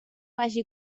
vagi